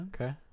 Okay